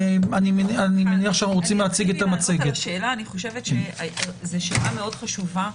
אני חושבת שזו שאלה מאוד חשובה,